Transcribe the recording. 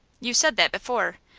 you said that before.